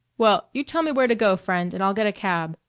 well, you tell me where to go, friend, and i'll get a cab.